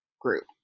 group